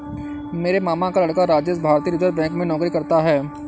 मेरे मामा का लड़का राजेश भारतीय रिजर्व बैंक में नौकरी करता है